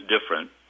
different